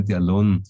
alone